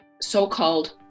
so-called